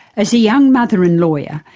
as a young mother and lawyer,